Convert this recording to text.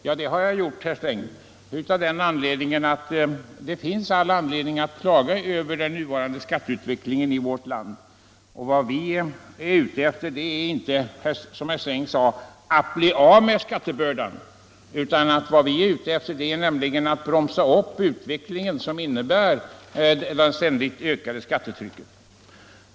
Ja, det har jag gjort, herr Sträng, därför att det finns all anledning att klaga över den nuvarande skatteutvecklingen i vårt land. Vad vi är ute efter är inte, som herr Sträng sade, att bli av med skattebördan utan vad vi är ute efter är att bromsa en utveckling som innebär ett ständigt ökande skattetryck.